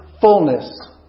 fullness